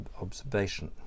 observation